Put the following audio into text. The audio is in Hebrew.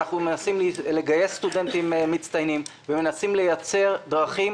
אנחנו מנסים לגייס סטודנטים מצטיינים ומנסים לייצר דרכים.